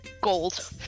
Gold